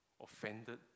offended